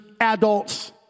adults